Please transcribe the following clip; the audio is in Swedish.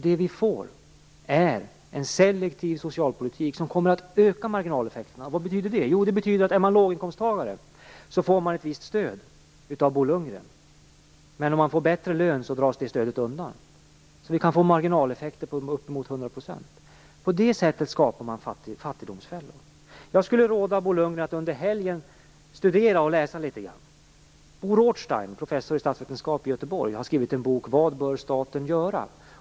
Det vi då får är en selektiv socialpolitik som kommer att öka marginaleffekterna. Vad betyder det? Jo, om man är låginkomsttagare får man ett visst stöd av Bo Lundgren, men om man får bättre lön dras det stödet undan. Således kan vi få marginaleffekter på uppemot 100 %. På det sättet skapar man fattigdomsfällor. Jag skulle vilja råda Bo Lundgren att under helgen läsa litet grand. Bo Rothstein, professor i statsvetenskap i Göteborg, har skrivit boken Vad bör staten göra?